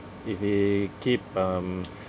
if it keep um